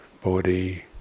body